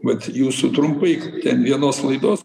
vat ir jūsų trumpai ten vienos laidos